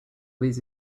these